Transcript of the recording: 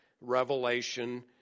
revelation